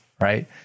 Right